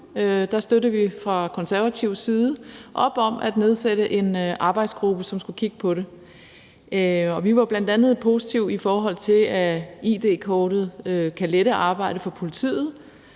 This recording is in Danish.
støttede vi fra konservativ side op om at nedsætte en arbejdsgruppe, som skulle kigge på det. Vi var bl.a. positive, i forhold til at id-kortet kan lette arbejdet for politiet,